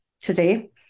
today